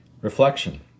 Reflection